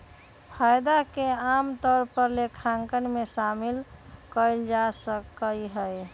फायदा के आमतौर पर लेखांकन में शामिल कइल जा सका हई